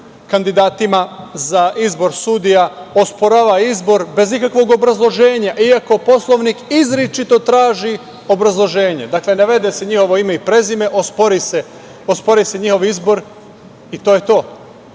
kandidatima za izbor sudija osporava izbor bez ikakvog obrazloženja, iako Poslovnik izričito traži obrazloženje. Dakle, navede se njihovo ime i prezime, ospori se njihov izbor i to je to.